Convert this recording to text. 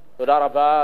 תודה רבה.